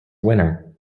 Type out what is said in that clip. winner